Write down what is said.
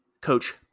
coach